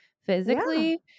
physically